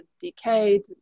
decay